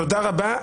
תודה רבה.